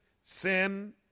sin